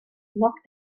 noch